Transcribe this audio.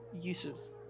uses